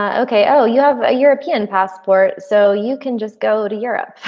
um okay, oh you have a european passport so you can just go to europe.